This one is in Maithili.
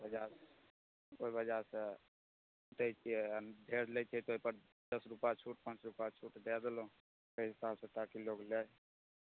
बजह ओहि बजह से दै छियै आ ढेर लै छियै तऽ ओहिपर दश रूपैआ छूट पाँच रूपैआ छूट दै देलहुँ ताहि हिसाब से ताकि लोक लै